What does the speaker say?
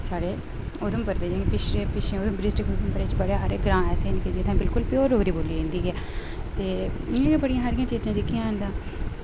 साढ़े उधमपुर दे जेह्के पिच्छें पिच्छें डिस्ट्रिक उधमपुरै च बड़े हारे ग्रांऽ ऐसे न कि जित्थै बिल्कुल प्य़ोर डोगरी बोल्ली जंदी ऐ ते इ'यां बी बड़ी हारियां चीजां जेह्कियां हैन तां